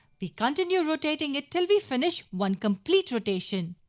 we continue rotating it till we finish one complete rotation.